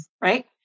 right